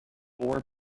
four